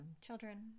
children